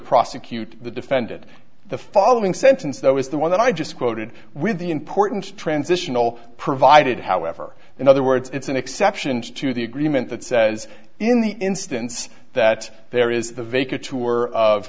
prosecute the defended the following sentence though is the one that i just quoted with the important transitional provided however in other words it's an exception to the agreement that says in the instance that there is the vacant tour of